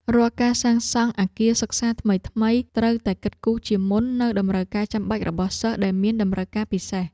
រាល់ការសាងសង់អគារសិក្សាថ្មីៗត្រូវតែគិតគូរជាមុននូវតម្រូវការចាំបាច់របស់សិស្សដែលមានតម្រូវការពិសេស។